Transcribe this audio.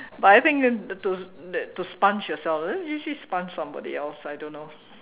but I think in to that to sponge yourself very easy to sponge somebody else I don't know